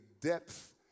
depth